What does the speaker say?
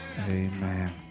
Amen